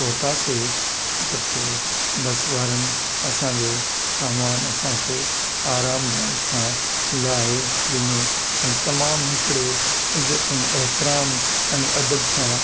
पहुंतासीं त पोइ बस वारनि असांजो सामानु असांखे आरामु दाय सां लाहे ॾिनो ऐं तमामु हिकिड़े इज़त ऐं एतराम ऐं अदब सां